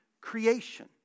creation